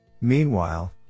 Meanwhile